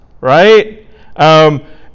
right